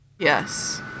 Yes